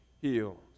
healed